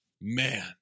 Man